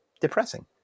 depressing